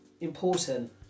important